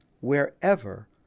wherever